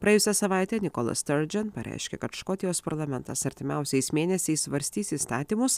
praėjusią savaitę nikola stardžen pareiškė kad škotijos parlamentas artimiausiais mėnesiais svarstys įstatymus